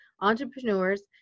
entrepreneurs